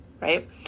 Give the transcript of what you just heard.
right